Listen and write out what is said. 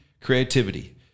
Creativity